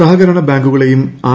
സഹകരണ ബാങ്കുകളെയും ആർ